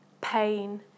pain